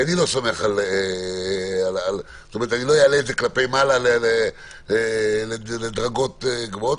אני לא אעלה את זה כלפי מעלה לדרגות גבוהות,